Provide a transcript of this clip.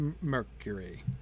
Mercury